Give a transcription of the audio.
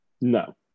No